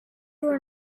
were